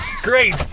Great